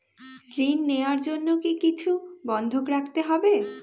ঋণ নেওয়ার জন্য কি কিছু বন্ধক রাখতে হবে?